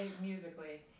musically